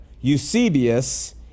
Eusebius